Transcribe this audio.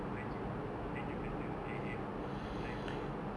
baju then you kata I am fly boy